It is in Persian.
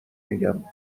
میگم